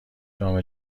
جام